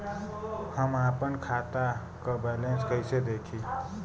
हम आपन खाता क बैलेंस कईसे देखी?